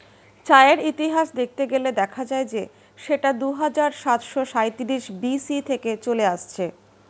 চায়ের ইতিহাস দেখতে গেলে দেখা যায় যে সেটা দুহাজার সাতশো সাঁইত্রিশ বি.সি থেকে চলে আসছে